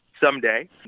someday